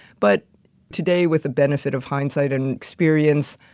but today with the benefit of hindsight and experience,